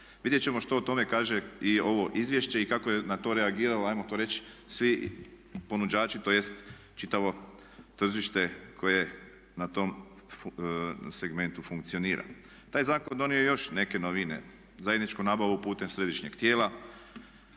Vidjet ćemo što o tome kaže i ovo izvješće i kako je na to reagirala hajmo to reći svi ponuđači, tj. čitavo tržište koje na tom segmentu funkcionira. Taj zakon donio je još neke novine – zajedničku nabavu putem središnjeg tijela.